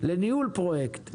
לניהול פרויקט,